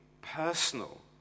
personal